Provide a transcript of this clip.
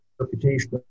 reputation